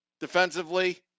defensively